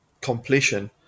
completion